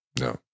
No